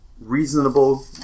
reasonable